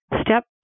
step